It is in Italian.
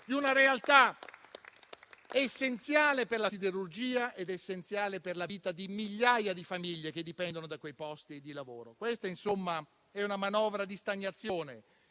di una realtà essenziale per la siderurgia ed essenziale per la vita di migliaia di famiglie che dipendono da quei posti di lavoro. Questa è una manovra di stagnazione,